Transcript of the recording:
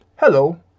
Hello